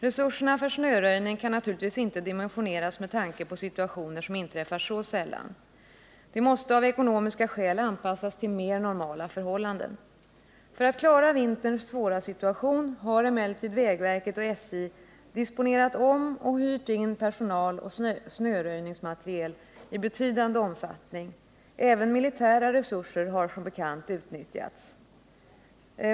Resurserna för snöröjning kan naturligtvis inte dimensioneras med tanke på situationer som inträffar så sällan. De måste av ekonomiska skäl anpassas till mer normala förhållanden. För att klara vinterns svåra situation har emellertid vägverket och SJ disponerat om och hyrt in personal och snöröjningsmateriel i betydande omfattning. Även militära resurser har som bekant utnyttjats.